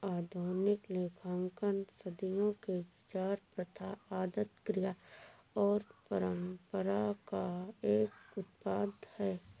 आधुनिक लेखांकन सदियों के विचार, प्रथा, आदत, क्रिया और परंपरा का एक उत्पाद है